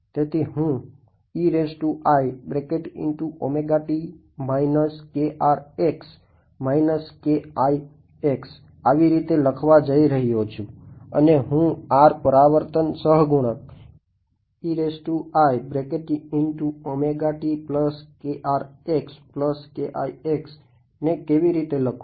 તેથી હું આવી રીતે લખવા જઈ રહ્યો છું અને હું R પરાવર્તન સહગુણક ને કેવી રીતે લખું